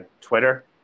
Twitter